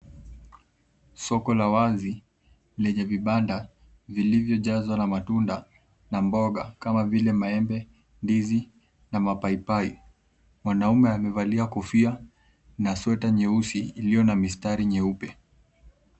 soko la wazi lenye vibanda zilivyo jazwa na matunda na mboga kama vile maembe, ndizi na mapaipai, mwanaume amevalia kofia na sweta nyeusi iliyo na mistari nyeupe.